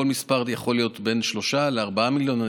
יכול להיות כל מספר בין 3 ל-4 מיליון,